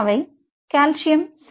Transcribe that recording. அவை கால்சியம் சென்சார்கள்